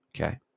Okay